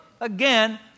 again